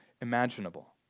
imaginable